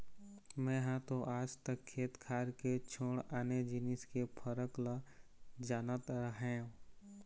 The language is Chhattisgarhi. मेंहा तो आज तक खेत खार के छोड़ आने जिनिस के फरक ल जानत रहेंव